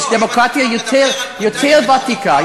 יש דמוקרטיה יותר ותיקה,